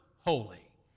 holy